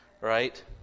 right